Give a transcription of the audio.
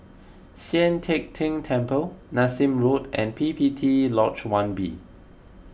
Sian Teck Tng Temple Nassim Road and P P T Lodge one B